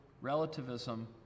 relativism